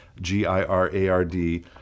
G-I-R-A-R-D